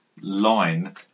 line